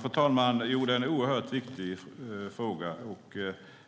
Fru talman! Det är oerhört viktiga frågor.